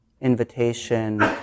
invitation